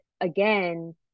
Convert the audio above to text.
again